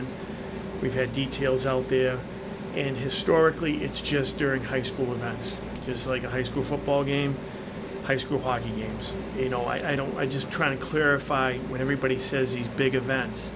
t we've had details out there and historically it's just during high school and i just like a high school football game high school hockey games you know i don't i just try to clarify what everybody says he's big events